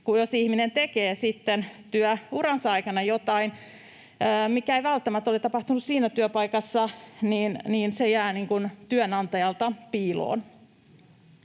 jos ihminen tekee sitten työuransa aikana jotain, mikä ei välttämättä ole tapahtunut siinä työpaikassa, niin se jää työnantajalta piiloon.